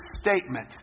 statement